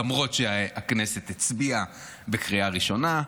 למרות שהכנסת הצביעה בקריאה ראשונה.